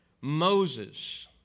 Moses